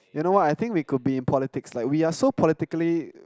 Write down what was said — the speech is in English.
you know what I think we could be in politics like we are so politically